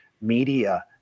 media